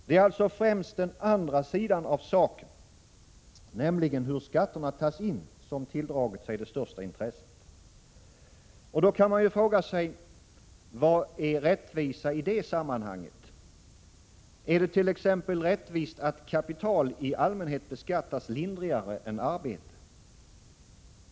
Det är alltså främst den andra sidan av saken, nämligen hur skatterna tas in, som tilldragit sig det största intresset. Man kan fråga sig vad som är rättvisa i detta sammanhang. Är det t.ex. rättvist att kapital i allmänhet beskattas lindrigare än arbete?